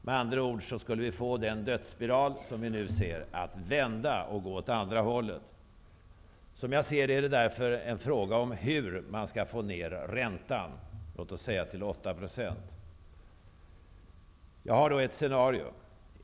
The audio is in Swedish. Med andra ord skulle vi få den dödsspiral som vi nu ser att vända och gå åt andra hållet. Som jag ser det blir det därför en fråga om hur man skall få ned räntan till låt oss säga 8 %. Jag har ett annat scenarium.